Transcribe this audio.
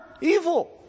evil